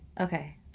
Okay